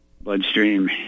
bloodstream